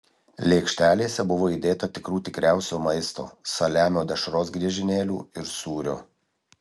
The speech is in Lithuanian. lėkštelėse buvo įdėta tikrų tikriausio maisto saliamio dešros griežinėlių ir sūrio